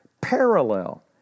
parallel